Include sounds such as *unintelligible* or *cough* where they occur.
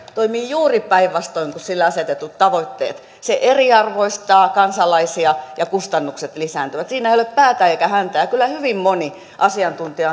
toimii juuri päinvastoin kuin sille asetetut tavoitteet se eriarvoistaa kansalaisia ja kustannukset lisääntyvät siinä ei ole päätä eikä häntää kyllä hyvin moni asiantuntija *unintelligible*